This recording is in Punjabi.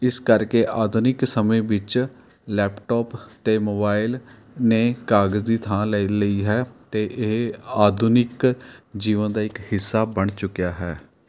ਇਸ ਕਰਕੇ ਆਧੁਨਿਕ ਸਮੇਂ ਵਿੱਚ ਲੈਪਟੋਪ ਅਤੇ ਮੋਬਾਇਲ ਨੇ ਕਾਗਜ਼ ਦੀ ਥਾਂ ਲੈ ਲਈ ਹੈ ਅਤੇ ਇਹ ਆਧੁਨਿਕ ਜੀਵਨ ਦਾ ਇੱਕ ਹਿੱਸਾ ਬਣ ਚੁੱਕਿਆ ਹੈ